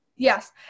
Yes